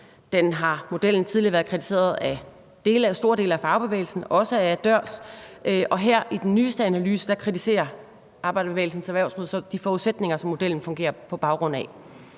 Modellen har tidligere været kritiseret af store dele af fagbevægelsen, også af DØRS, og her i den nyeste analyse kritiserer Arbejderbevægelsens Erhvervsråd så de forudsætninger, som modellen fungerer på baggrund af.